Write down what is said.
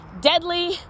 deadly